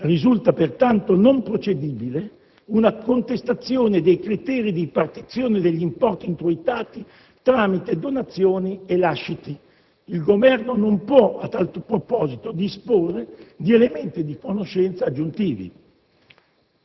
Risulta pertanto non procedibile una contestazione dei criteri di ripartizione degli importi introitati tramite donazioni e lasciti. Il Governo non può a tal proposito disporre di elementi di conoscenza aggiuntivi.